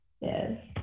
Yes